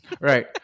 Right